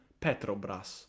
Petrobras